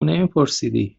نمیپرسیدی